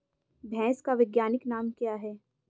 भैंस का वैज्ञानिक नाम क्या है?